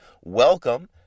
welcome